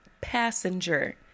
passenger